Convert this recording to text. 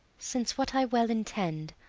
since what i well intend,